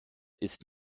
ist